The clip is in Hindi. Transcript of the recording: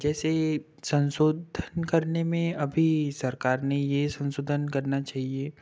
जैसे संशोधन करने में अभी सरकार ने ये संशोधन करना चाहिए